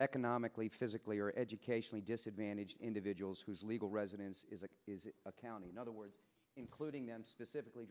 economically physically or educationally disadvantaged individuals whose legal residence is a county in other words including them specifically